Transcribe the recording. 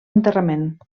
enterrament